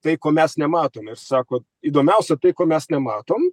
tai ko mes nematom ir sako įdomiausia tai ko mes nematom